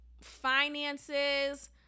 finances